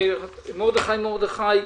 מרדכי מרדכי,